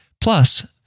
Plus